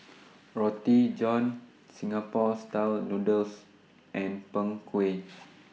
Roti John Singapore Style Noodles and Png Kueh